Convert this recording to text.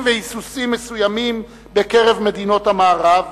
והיסוסים מסוימים בקרב מדינות המערב